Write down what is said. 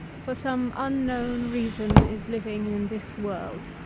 for some unknown reason is living in this world.